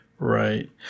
Right